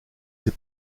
ces